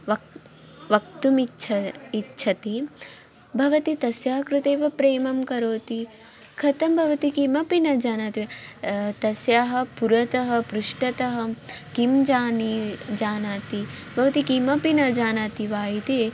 वक्ति वक्तुमिच्छा इच्छति भवति तस्याः कृते एव प्रेम करोति कथं भवति किमपि न जानाति वा तस्याः पुरतः पृष्ठतः किं जानी जानाति भवति किमपि न जानाति वा इति